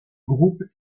groupe